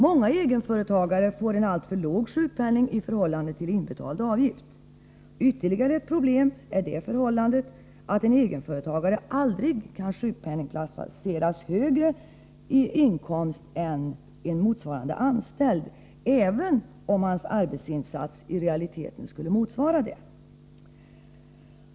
Många egenföretagare får en alltför låg sjukpenning i förhållande till inbetald avgift. Ytterligare ett problem är det förhållandet att en egenföretagare aldrig kan sjukpenningplaceras i högre inkomst än motsvarande anställd, även om hans arbetsinsats i realiteten skulle motivera det.